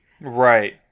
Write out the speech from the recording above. Right